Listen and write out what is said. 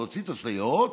להוציא את הסייעות